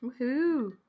Woohoo